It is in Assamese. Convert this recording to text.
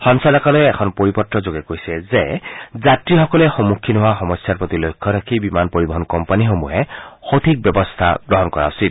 সঞ্চালকালয়ে এখন পৰিপত্ৰযোগে কৈছে যে যাত্ৰীসকলে সন্মুখীন হোৱা সমস্যাৰ প্ৰতি লক্ষ্য ৰাখি বিমান পৰিবহণ কোম্পানীসমূহে সঠিক ব্যৱস্থা গ্ৰহণ কৰা উচিত